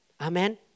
Amen